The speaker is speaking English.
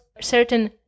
certain